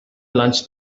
lunch